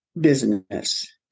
business